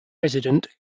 resident